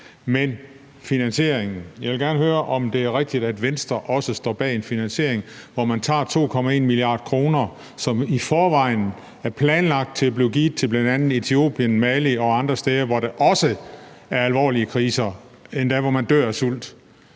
der finansieringen. Jeg vil gerne høre, om det er rigtigt, at Venstre også står bag en finansiering, hvor man tager 2,1 mia. kr., som i forvejen er planlagt til at blive givet til bl.a. Etiopien, Mali og andre steder, hvor der også er alvorlige kriser, og hvor man endda dør af sult,